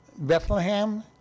Bethlehem